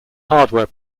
hardware